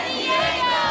Diego